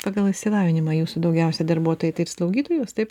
pagal išsilavinimą jūsų daugiausia darbuotojai tai slaugytojos taip